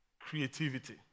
creativity